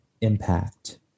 impact